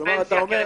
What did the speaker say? פנסיה וקרן השתלמות.